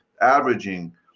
averaging